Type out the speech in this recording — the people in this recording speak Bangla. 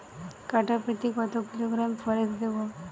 কাঠাপ্রতি কত কিলোগ্রাম ফরেক্স দেবো?